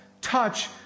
touch